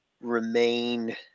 remain –